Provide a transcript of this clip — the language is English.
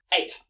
Eight